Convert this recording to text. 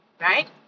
Right